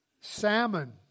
salmon